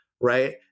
right